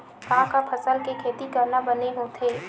का का फसल के खेती करना बने होथे?